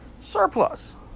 Surplus